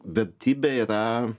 vertybė yra